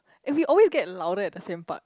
and we always get louder at the same part